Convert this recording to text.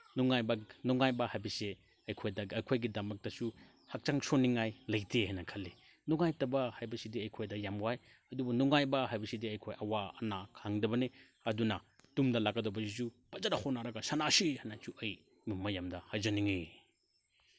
ꯅꯨꯡꯉꯥꯏꯕ ꯅꯨꯡꯉꯥꯏꯕ ꯍꯥꯏꯕꯁꯤ ꯑꯩꯈꯣꯏꯗ ꯑꯩꯈꯣꯏꯒꯤꯗꯃꯛꯇꯁꯨ ꯍꯛꯆꯥꯡ ꯁꯣꯛꯅꯤꯉꯥꯏ ꯂꯩꯇꯦ ꯍꯥꯏ ꯈꯜꯂꯤ ꯅꯨꯡꯉꯥꯏꯇꯕ ꯍꯥꯏꯕꯁꯤꯗꯤ ꯑꯩꯈꯣꯏꯗ ꯌꯥꯝ ꯋꯥꯏ ꯑꯗꯨꯕꯨ ꯅꯨꯡꯉꯥꯏꯕ ꯍꯥꯏꯕꯁꯤꯗꯤ ꯑꯩꯈꯣꯏ ꯑꯋꯥ ꯑꯅꯥ ꯈꯪꯗꯕꯅꯤ ꯑꯗꯨꯅ ꯇꯨꯡꯗ ꯂꯥꯛꯀꯗꯕꯁꯤꯁꯨ ꯐꯖꯅ ꯍꯣꯠꯅꯔꯒ ꯁꯥꯟꯅꯁꯤ ꯍꯥꯏꯅꯁꯨ ꯑꯩ ꯃꯌꯥꯝꯗ ꯍꯥꯏꯖꯅꯤꯡꯉꯤ